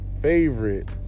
favorite